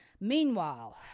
Meanwhile